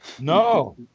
No